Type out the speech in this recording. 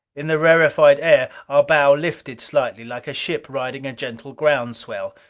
in the rarefied air our bow lifted slightly, like a ship riding a gentle ground swell.